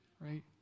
right